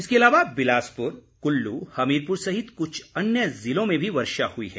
इसके अलावा बिलासपुर कुल्लू हमीरपुर सहित कुछ अन्य जिलों में भी वर्षा हुई है